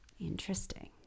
interesting